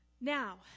Now